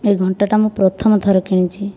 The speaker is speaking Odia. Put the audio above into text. ଏହି ଘଣ୍ଟା ଟିକୁ ମୁଁ ପ୍ରଥମ ଥର କିଣିଛି